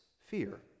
fear